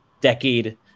decade